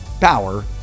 power